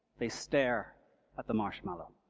they stare at the marshmallow,